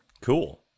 Cool